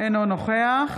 אינו נוכח